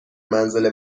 منزل